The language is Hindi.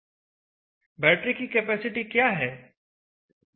बैटरी की कैपेसिटी क्या है